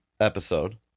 episode